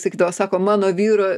sakydavo sako mano vyro